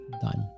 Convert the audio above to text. done